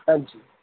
ਹਾਂਜੀ